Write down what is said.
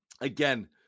Again